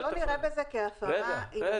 אז --- לא נראה בזה כהפרה --- רגע,